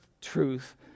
truth